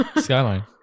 Skyline